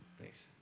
Thanks